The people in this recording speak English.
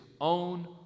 own